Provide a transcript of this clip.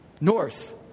north